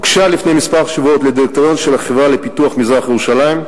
הוגשה לפני כמה שבועות לדירקטוריון של החברה לפיתוח מזרח-ירושלים,